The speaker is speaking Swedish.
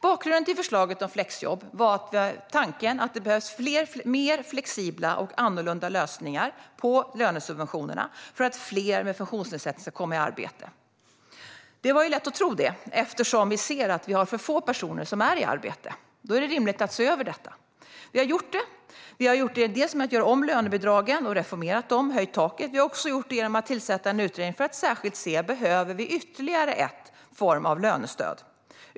Bakgrunden till förslaget om flexjobb var tanken att det behövs mer flexibla och annorlunda lösningar på lönesubventionerna för att fler med funktionsnedsättningar ska komma i arbete. Det var lätt att tro det eftersom vi ser att vi har för få personer i arbete. Då är det rimligt att se över detta. Vi har gjort det. Dels har vi reformerat lönebidragen och höjt taket, dels har vi tillsatt en utredning för att se om vi behöver ytterligare en form av lönestöd.